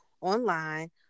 online